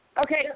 Okay